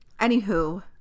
anywho